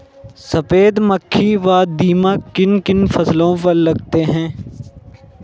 सफेद मक्खी व दीमक किन किन फसलों पर लगते हैं?